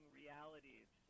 realities